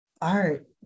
art